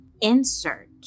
insert